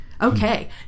okay